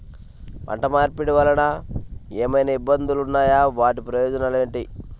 పంట మార్పిడి వలన ఏమయినా ఇబ్బందులు ఉన్నాయా వాటి ప్రయోజనం ఏంటి?